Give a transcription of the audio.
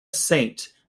saint